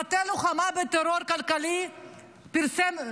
המטה ללוחמה בטרור כלכלי פרסם,